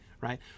right